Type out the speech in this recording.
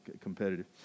competitive